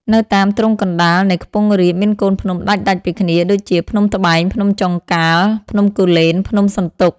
នៅតាមទ្រង់កណ្តាលនៃខ្ពង់រាប មានកូនភ្នំដាច់ៗពីគ្នា ដូចជា ភ្នំត្បែង ភ្នំចុងកាល់ ភ្នំគូលែន ភ្នំសន្ទុក។